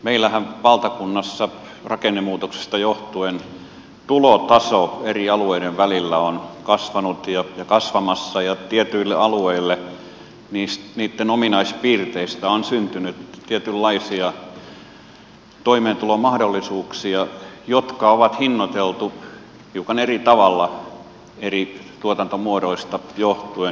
meillähän valtakunnassa rakennemuutoksista johtuen tulotason erot eri alueiden välillä ovat kasvaneet ja kasvamassa ja tietyille alueille niitten ominaispiirteistä on syntynyt tietynlaisia toimeentulomahdollisuuksia jotka on hinnoiteltu hiukan eri tavalla eri tuotantomuodoista riippuen